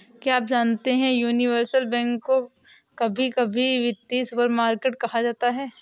क्या आप जानते है यूनिवर्सल बैंक को कभी कभी वित्तीय सुपरमार्केट कहा जाता है?